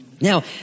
Now